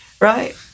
Right